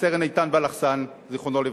רב-סרן איתן בלחסן, זיכרונו לברכה.